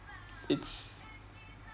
it's